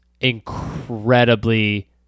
incredibly